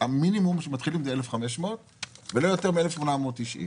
המינימום שמתחילים זה 1,500 ולא יותר מ-1,890.